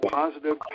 positive